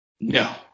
no